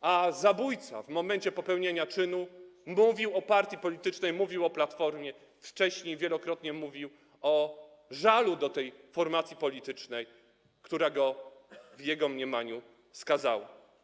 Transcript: a zabójca w momencie popełnienia czynu mówił o partii politycznej, mówił o Platformie, a wcześniej wielokrotnie mówił o żalu do tej formacji politycznej, która go w jego mniemaniu skazała.